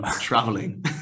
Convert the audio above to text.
traveling